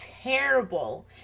terrible